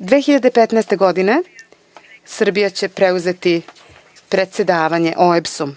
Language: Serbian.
2015. Srbija će preuzeti predsedavanje OEBS-om,